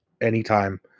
anytime